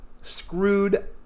screwed